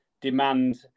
demand